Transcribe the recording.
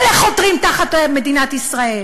אלה חותרים תחת מדינת ישראל.